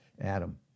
Adam